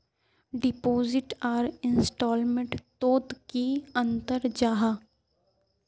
Deposit आर investment तोत की अंतर जाहा?